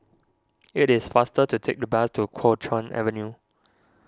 it is faster to take the bus to Kuo Chuan Avenue